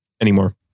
anymore